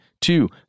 two